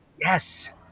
Yes